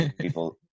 people